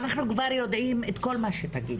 אנחנו כבר יודעים את כל מה שתגידו,